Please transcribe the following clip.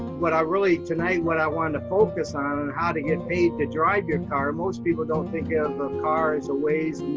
what i really, tonight, what i wanna focus on and ah to get paid to drive your car, most people don't think of a car as a ways